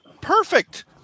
perfect